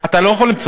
אתה לא יכול למצוא.